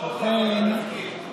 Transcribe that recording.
74 שעות להפצת תזכיר.